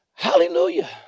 Hallelujah